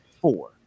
four